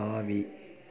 தாவி